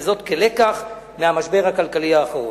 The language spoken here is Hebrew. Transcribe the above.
וזאת כלקח מהמשבר הכלכלי האחרון.